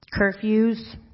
curfews